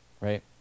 right